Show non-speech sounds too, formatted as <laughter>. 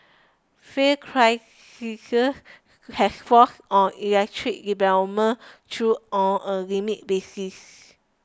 Fiat <unintelligible> has forced on electric <unintelligible> through on a limited basis